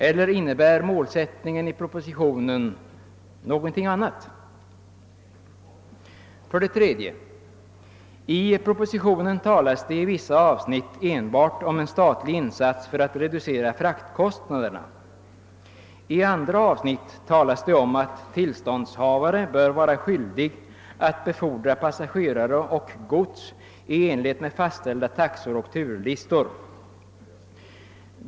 Eller innebär målsättningen i propositionen något annat? 3. I propositionen skriver man i vissa avsnitt enbart om en statlig insats för att reducera fraktkostnaderna. I andra avsnitt anges att tillståndshavare bör vara skyldig att befordra passagerare och gods i enlighet med fastställda tax or och turlistor.